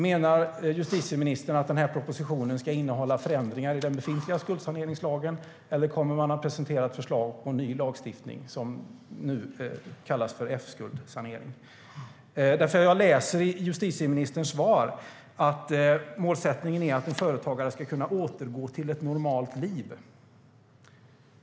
Menar justitieministern att propositionen ska innehålla förändringar i den befintliga skuldsaneringslagen, eller kommer man att presentera ett förslag på en ny lagstiftning som nu kallas Fskuldsanering? Jag läser i justitieministerns svar att målsättningen är att en företagare ska kunna återgå till "ett normalt liv".